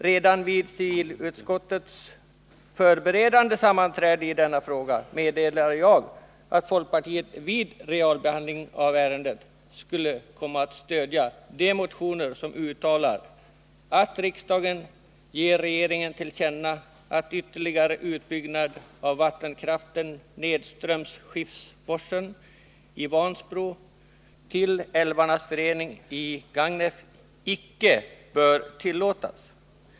Redan vid civilutskottets förberedande sammanträde i denna fråga meddelade jag att folkpartiet vid realbehandlingen av ärendet skulle komma att stödja de motioner där det yrkades att riksdagen skulle ge regeringen till känna att ytterligare utbyggnad av vattenkraften nedströms Skifsforsen i Vansbro till älvarnas förening i Gagnef icke bör tillåtas.